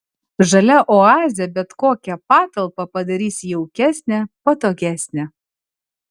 žalia oazė bet kokią patalpą padarys jaukesnę patogesnę